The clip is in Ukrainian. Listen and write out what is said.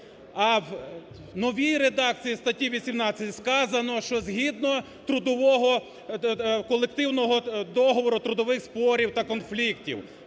А в новій редакції статті 18 сказано, що згідно колективного договору, трудових спорів та конфліктів